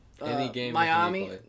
Miami